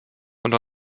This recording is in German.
unter